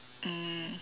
um